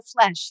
flesh